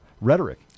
Rhetoric